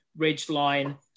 Ridgeline